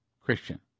Christian